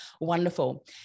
wonderful